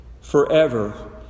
forever